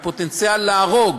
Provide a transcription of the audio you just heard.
היא פוטנציאל להרוג.